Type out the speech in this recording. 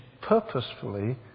purposefully